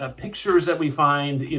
ah pictures that we find,